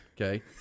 Okay